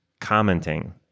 commenting